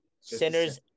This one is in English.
Sinners